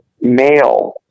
male